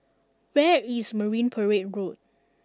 where is Marine Parade Road